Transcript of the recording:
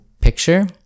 picture